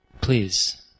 Please